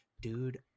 dude